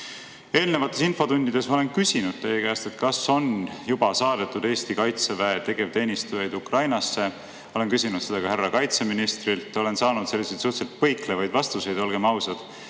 ole. Eelnevates infotundides ma olen küsinud teie käest, kas on juba saadetud Eesti kaitseväe tegevteenistujaid Ukrainasse. Ma olen küsinud seda ka härra kaitseministrilt. Olen saanud selliseid suhteliselt põiklevaid vastuseid, olgem ausad.